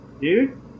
dude